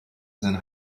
sein